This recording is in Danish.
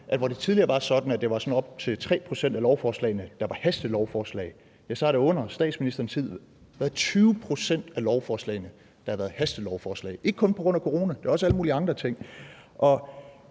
hvor det tidligere var sådan, at det var op til 3 pct. af lovforslagene, der var hastelovforslag, ja, så har det under statsministerens tid været 20 pct. af lovforslagene, der har været hastelovforslag – ikke kun på grund af corona; det er også alle mulige andre ting